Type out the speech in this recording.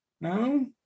No